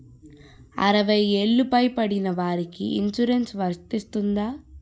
అరవై ఏళ్లు పై పడిన వారికి ఇన్సురెన్స్ వర్తిస్తుందా?